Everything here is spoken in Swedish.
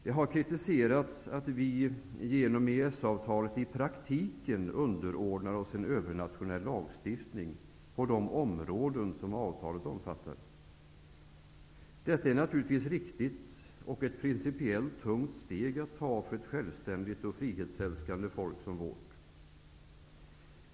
Det har kritiserats att vi genom EES-avtalet i praktiken underordnar oss en övernationell lagstiftning på de områden som avtalet omfattar. Detta är naturligtvis riktigt och ett principiellt tungt steg att ta för ett självständigt och frihetsälskande folk som vårt.